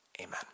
Amen